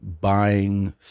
buying